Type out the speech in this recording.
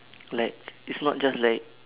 like is not just like